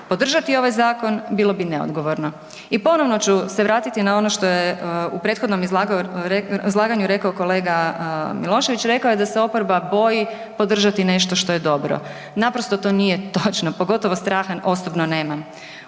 Podržati ovaj zakon bilo bi neodgovorno i ponovno ću se vratiti na ono što je u prethodnom izlaganju rekao kolega Milošević, rekao je da se oporba boji podržati nešto što je dobro. Naprosto to nije točno, pogotovo straha osobno nemam.